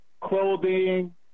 clothing